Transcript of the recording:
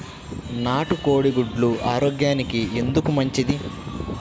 నాటు కోడి గుడ్లు ఆరోగ్యానికి ఎందుకు మంచిది?